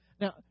Now